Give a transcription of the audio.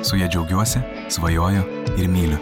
su ja džiaugiuosi svajoju ir myliu